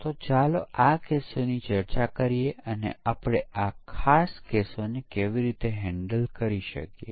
હવે ચાલો આ મૂળ સવાલનો જવાબ આપવાનો પ્રયત્ન કરીએ